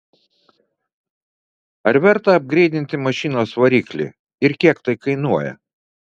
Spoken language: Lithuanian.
ar verta apgreidinti mašinos variklį ir kiek tai kainuoja